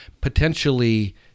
potentially